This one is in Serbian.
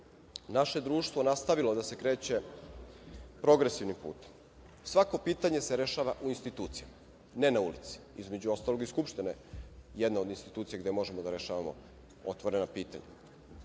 naše društvo nastavilo da se kreće progresivnim putem. Svako pitanje se rešava u institucijama, ne na ulici, između ostalog i Skupština je jedna od institucija gde možemo da rešavamo otvorena pitanja. Upravo